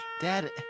Dad